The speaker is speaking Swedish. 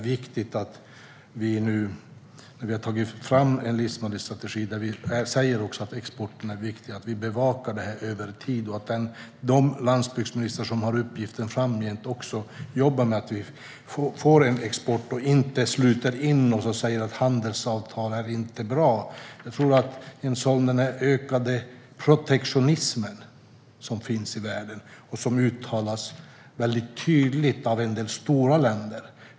Vi har nu tagit fram en livsmedelsstrategi i vilken vi säger att exporten är viktig. Då är det också viktigt att vi bevakar det här över tid. De landsbygdsministrar som får uppgiften framgent måste också jobba med exporten, så att vi inte sluter oss och säger att handelsavtal inte är bra. Det finns en ökad protektionism i världen; det uttalas tydligt av en del stora länder.